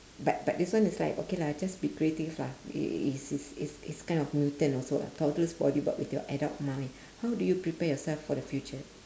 but but this one is like okay lah just be creative lah i~ it's it's it's it's kind of mutant also lah toddler's body but with your adult mind how do you prepare yourself for the future